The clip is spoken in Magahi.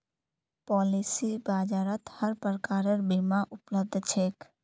पॉलिसी बाजारत हर प्रकारेर बीमा उपलब्ध छेक